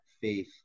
faith